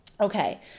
Okay